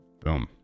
Boom